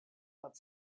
but